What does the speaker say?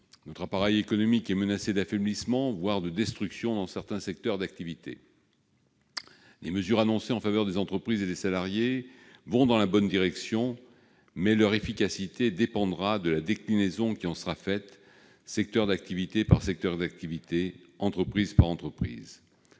Notre appareil économique est en effet menacé d'affaiblissement, voire, dans certains secteurs d'activité, de destruction. Les mesures annoncées en faveur des entreprises et des salariés vont dans la bonne direction, mais leur efficacité dépendra de la déclinaison qui en sera faite, secteur d'activité par secteur d'activité, entreprise par entreprise.